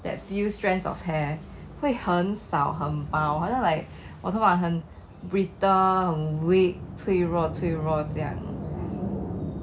that few strands of hair 会很少很薄好像 like 我头发很 brittle 很 weak 脆弱脆弱这样